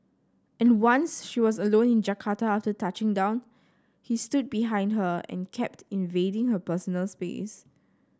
and once she was alone in Jakarta after touching down he stood behind her and kept invading her personal space